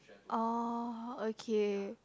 oh okay